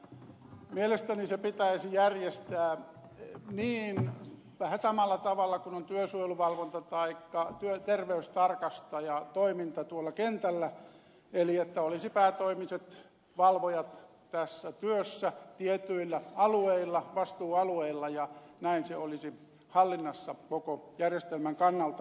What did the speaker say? mielestäni se pitäisi järjestää vähän samalla tavalla kuin työsuojeluvalvonta taikka terveystarkastajatoiminta tuolla kentällä eli että olisi päätoimiset valvojat tässä työssä tietyillä alueilla vastuualueilla ja näin se olisi hallinnassa koko järjestelmän kannalta